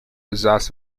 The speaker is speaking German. besaß